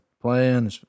playing